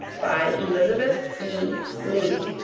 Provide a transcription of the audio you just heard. by elizabeth e. lea